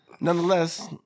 nonetheless